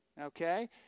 Okay